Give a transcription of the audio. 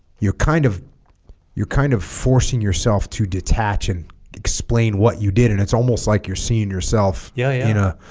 you're kind of you're kind of forcing yourself to detach and explain what you did and it's almost like you're seeing yourself yeah